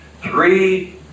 three